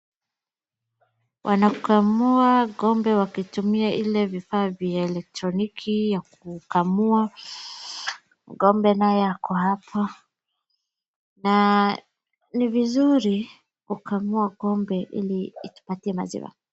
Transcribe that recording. Wanakamua gombe wakitumia ile vifaa vya elekroniki ya kukamua ,gombe naye ako hapo na ni vizuri kukamua gombe ili itupatie maziwa.